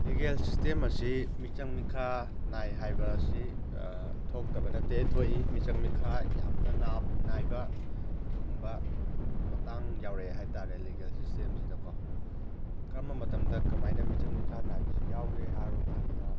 legal system ꯑꯁꯤ ꯃꯤꯆꯪ ꯃꯤꯈꯥꯏ ꯅꯥꯏ ꯍꯥꯏꯕ ꯑꯁꯤ ꯊꯣꯛꯇꯕ ꯅꯠꯇꯦ ꯊꯣꯛꯏ ꯃꯤꯆꯪ ꯃꯤꯈꯥꯏ ꯌꯥꯝꯅ ꯅꯥꯏꯕ ꯑꯗꯨꯒꯨꯝꯕ ꯃꯇꯥꯡ ꯌꯥꯎꯔꯛꯑꯦ ꯍꯥꯏ ꯇꯥꯔꯦ ꯂꯤꯒꯦꯜ ꯁꯤꯁꯇꯦꯝꯁꯤꯗ ꯀꯣ ꯀꯔꯝꯕ ꯃꯇꯝꯗ ꯀꯃꯥꯏꯅ ꯃꯤꯆꯪ ꯃꯤꯈꯥꯏ ꯅꯥꯏꯕꯁꯤ ꯌꯥꯎꯒꯦ ꯍꯥꯏꯔꯕ ꯀꯥꯟꯗ